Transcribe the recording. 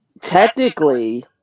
technically